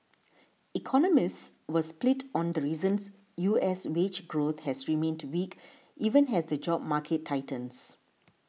economists were split on the reasons U S wage growth has remained weak even has the job market tightens